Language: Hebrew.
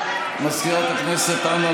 יואב סגלוביץ' בעד יבגני סובה,